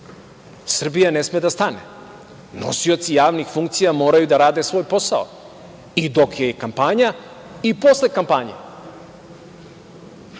Srbija ne sme da stane, nosioci javni funkcija moraju da rade svoj posao i dok je i kampanja i posle kampanje,